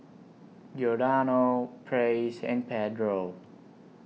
Giordano Praise and Pedro